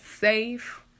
safe